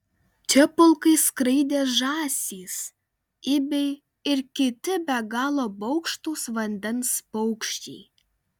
čia pulkais skraidė žąsys ibiai ir kiti be galo baugštūs vandens paukščiai